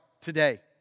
today